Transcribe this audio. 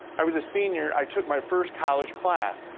i was a senior, i took my first college class,